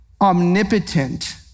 omnipotent